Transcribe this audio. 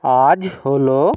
আজ হলো